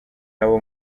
abo